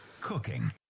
cooking